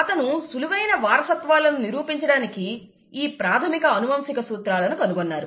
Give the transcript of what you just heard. అతను సులువైన వారసత్వాలను నిరూపించడానికి ఈ ప్రాథమిక అనువంశిక సూత్రాలను కనుగొన్నారు